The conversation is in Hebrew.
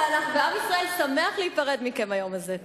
ועם ישראל שמח להיפרד מכם היום הזה,